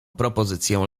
propozycję